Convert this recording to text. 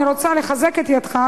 אני רוצה לחזק את ידיך,